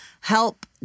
help